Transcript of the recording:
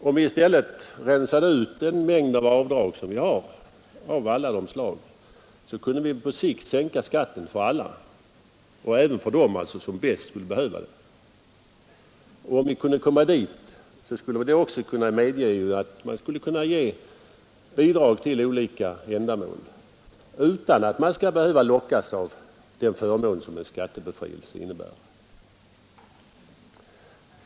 Om vi i stället rensade ut den mängd möjligheter till avdrag av allehanda slag som vi har kunde vi i stället på sikt sänka skatten för alla, även för dem som bäst skulle behöva den sänkt. Om vi kunde komma därhän skulle vi också skapa utrymme för bidrag till olika ändamål utan att givarna behövde lockas av den förmån som en skattebefrielse innebär.